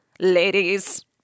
Ladies